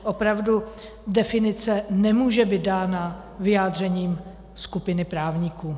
Opravdu, definice nemůže být dána vyjádřením skupiny právníků.